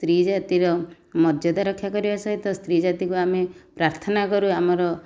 ସ୍ତ୍ରୀ ଜାତିର ମର୍ଯ୍ୟାଦା ରକ୍ଷାକରିବା ସହିତ ସ୍ତ୍ରୀ ଜାତିକୁ ଆମେ ପ୍ରାର୍ଥନା କରୁ ଆମର